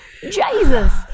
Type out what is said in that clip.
Jesus